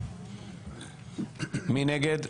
מי נגד?